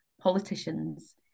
politicians